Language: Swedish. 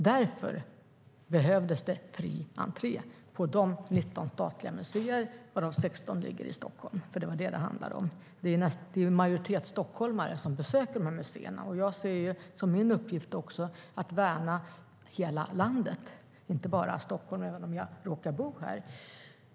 Därför behövdes fri entré på de 19 statliga museerna, varav 16 ligger i Stockholm. Det är en majoritet stockholmare som besöker museerna. Jag ser också som min uppgift att värna hela landet, inte bara Stockholm - även om jag råkar bo här.